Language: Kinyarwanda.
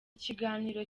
ikiganiro